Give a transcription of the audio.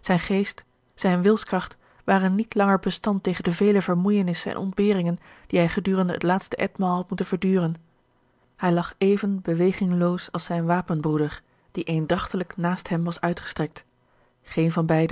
zijn geest zijne wilskracht waren niet langer bestand tegen de vele vermoeijenissen en ontberingen die hij gedurende het laatste etmaal had moeten verduren hij lag even bewegingloos als zijn wapenbroeder die eendragtiglijk naast hem was uitgestrekt geen van beide